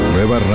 Nueva